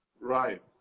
Right